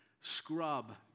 scrub